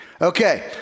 Okay